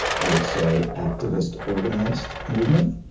i would say activist organized movement,